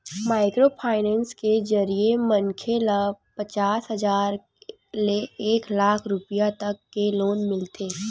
micro finance के जरिए मनखे ल पचास हजार ले एक लाख रूपिया तक के लोन मिलथे